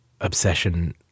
obsession